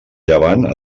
llevant